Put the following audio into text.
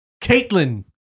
Caitlin